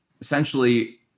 essentially